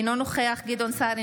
אינו נוכח גדעון סער,